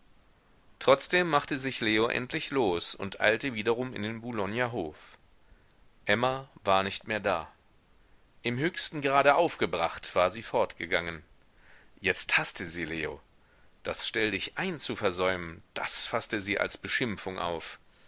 trotzdem machte sich leo endlich los und eilte wiederum in den boulogner hof emma war nicht mehr da im höchsten grade aufgebracht war sie fortgegangen jetzt haßte sie leo das stelldichein zu versäumen das faßte sie als beschimpfung auf